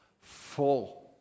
full